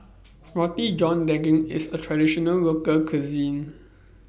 Roti John Daging IS A Traditional Local Cuisine